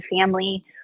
family